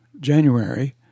January